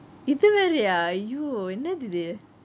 இதுவேறேயா ஐயோ என்னது இது:ithuvereyaa !aiyo! ennathu ithu